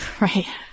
Right